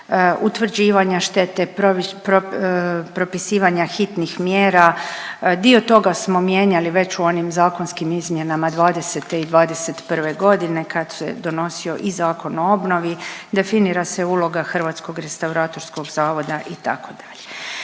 utvrđivanja štete, propisivanja hitnih mjera, dio toga smo mijenjali već u onim zakonskim izmjenama '20. i '21. g. kad se donosio i Zakon o obnovi, definira se uloga Hrvatskog restauratorskog zavoda, itd.